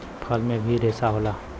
फल में भी रेसा होला